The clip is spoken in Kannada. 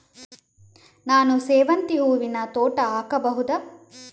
ನಾನು ಸೇವಂತಿ ಹೂವಿನ ತೋಟ ಹಾಕಬಹುದಾ?